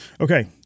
Okay